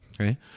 Okay